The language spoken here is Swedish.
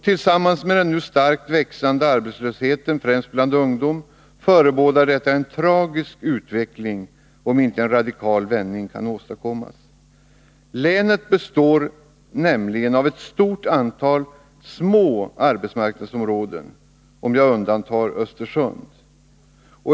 Tillsammans med den nu starkt växande arbetslösheten — främst bland ungdom — förebådar detta en tragisk utveckling, om inte en radikal vändning kan åstadkommas. Länet består nämligen av ett stort antal små arbetsmarknadsområden, om jag undantar Östersund.